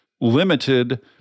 limited